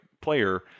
player